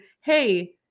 hey